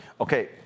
Okay